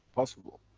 possible.